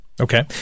Okay